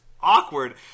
awkward